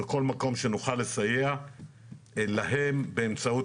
בכל מקום שנוכל לסייע להם באמצעות